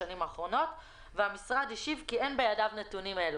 השנים האחרונות והמשרד השיב כי אין בידו נתונים אלה.